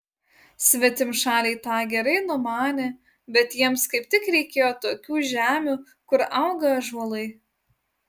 svetimšaliai tą gerai numanė bet jiems kaip tik reikėjo tokių žemių kur auga ąžuolai